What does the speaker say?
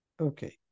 Okay